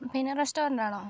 penal restaurant ആണോ